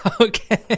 Okay